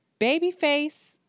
babyface